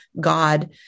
God